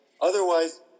otherwise